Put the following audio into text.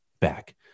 back